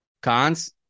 Cons